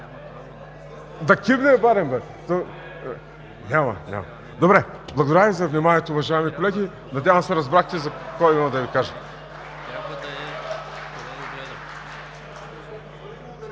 Да кимне барем, бе. Няма, няма. Добре. Благодаря Ви за вниманието, уважаеми колеги. Надявам се разбрахте какво имам да Ви кажа.